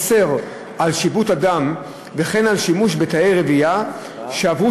אוסר שיבוט אדם וכן שימוש בתאי רבייה שעברו